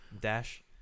Dash